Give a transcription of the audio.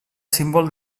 símbol